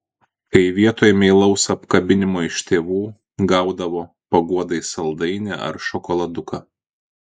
kai vietoj meilaus apkabinimo iš tėvų gaudavo paguodai saldainį ar šokoladuką